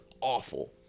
awful